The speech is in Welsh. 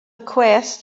cwest